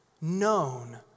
known